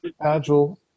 agile